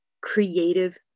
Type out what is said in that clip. creative